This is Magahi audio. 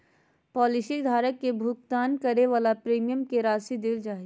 पॉलिसी धारक के भुगतान करे वाला प्रीमियम के राशि देल जा हइ